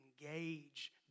engage